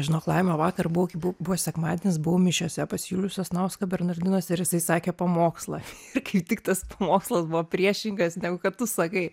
žinok laima vakar buvau kai bu buvo sekmadienis buvau mišiose pas julių sasnauską bernardinuose ir jisai sakė pamokslą ir kaip tik tas pamokslas buvo priešingas negu kad tu sakai